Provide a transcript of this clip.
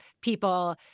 people